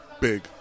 Big